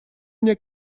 мне